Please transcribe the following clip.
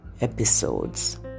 episodes